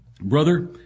Brother